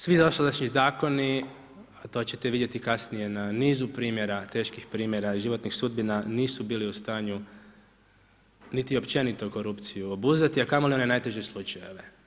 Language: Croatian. Svi dosadašnji zakoni, a to ćete vidjeti kasnije na nizu primjera, teških primjera i životnih sudbina, nisu bili u stanju niti općenito korupciju obuzdati, a kamo li one najteže slučajeve.